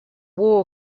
war